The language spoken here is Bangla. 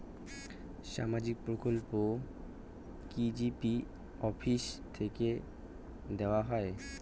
সামাজিক প্রকল্প কি জি.পি অফিস থেকে দেওয়া হয়?